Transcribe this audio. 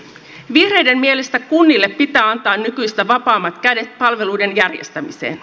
vihreiden mielestä kunnille pitää antaa nykyistä vapaammat kädet palveluiden järjestämiseen